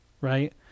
right